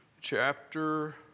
chapter